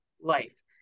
life